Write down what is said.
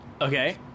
Okay